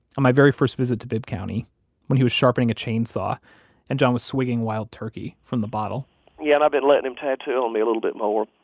on my very first visit to bibb county when he was sharpening a chainsaw and john was swigging wild turkey from the bottle yeah, and i've been letting him tattoo on and me a little bit more,